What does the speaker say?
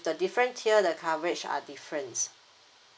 the different tier the coverage are different